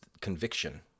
conviction